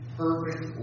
perfect